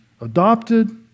adopted